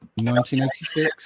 1986